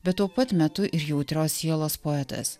bet tuo pat metu ir jautrios sielos poetas